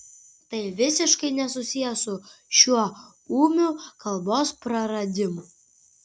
tai visiškai nesusiję su šiuo ūmiu kalbos praradimu